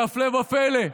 והפלא ופלא,